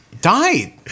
died